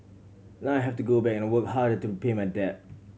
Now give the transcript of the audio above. now I have to go back and work harder to repay my debt